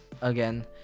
again